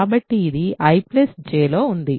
కాబట్టి ఇది I J లో ఉంది